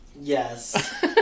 Yes